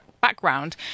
background